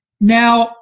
Now